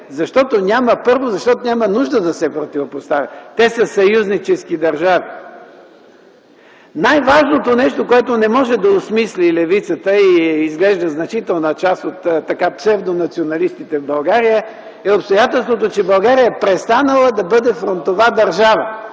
защото няма нужда да се противопоставя, те са съюзнически държави. Най-важното нещо, което не може да осмисли левицата и изглежда значителна част от псевдонационалистите в България, е обстоятелството, че България е престанала да бъде фронтова държава